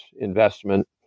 investment